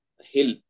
hill